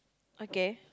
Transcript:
okay